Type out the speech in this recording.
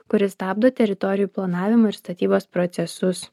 kuri stabdo teritorijų planavimo ir statybos procesus